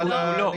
לא.